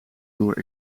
door